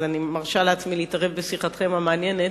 אז אני מרשה לעצמי להתערב בשיחתכם המעניינת.